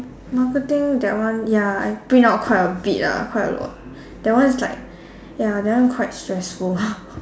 marketing that one ya I print out quite a bit ah quite a lot that one is like ya that one quite stressful